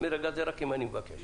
מרגע הזה רק אם אני מבקש